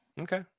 Okay